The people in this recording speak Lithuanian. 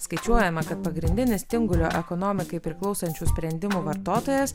skaičiuojama kad pagrindinis tingulio ekonomikai priklausančių sprendimų vartotojas